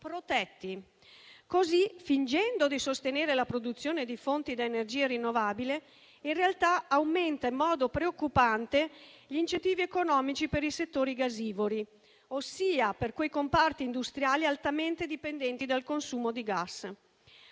questo modo, fingendo di sostenere la produzione da fonti di energia rinnovabile, in realtà aumenta in modo preoccupante gli incentivi economici per i settori gasivori, ossia per quei comparti industriali altamente dipendenti dal consumo di gas.